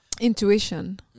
intuition